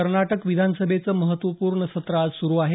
कर्नाटक विधानसभेचं महत्त्वपूर्ण सत्र आज सुरू झालं